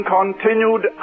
continued